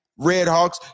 Redhawks